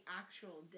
actual